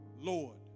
Lord